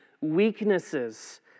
weaknesses